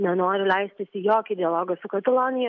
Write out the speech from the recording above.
nenori leistis į jokį dialogą su katalonija